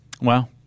Wow